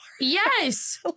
Yes